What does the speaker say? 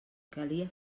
calia